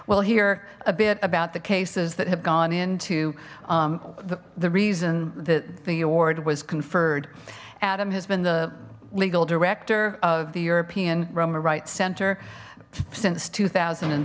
we'll hear a bit about the cases that have gone into the reason that the award was conferred adam has been the legal director of the european roma rights center since two thousand and